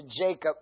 Jacob